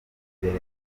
mbere